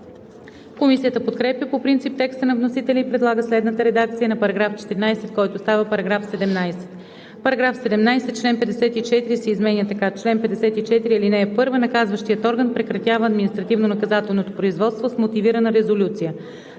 Комисията подкрепя по принцип текста на вносителя и предлага следната редакция на § 14, който става § 17: „§ 17. Член 54 се изменя така: „Чл. 54. (1) Наказващият орган прекратява административнонаказателното производство с мотивирана резолюция: